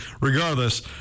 Regardless